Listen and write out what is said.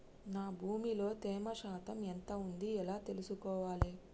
నా భూమి లో తేమ శాతం ఎంత ఉంది ఎలా తెలుసుకోవాలే?